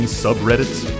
subreddits